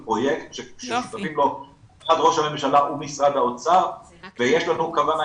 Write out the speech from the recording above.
זה פרויקט ששותפים לו משרד ראש הממשלה ומשרד האוצר ויש לנו כוונה,